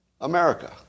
America